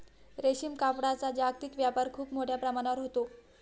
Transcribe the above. रेशीम कापडाचा जागतिक व्यापार खूप मोठ्या प्रमाणावर होतो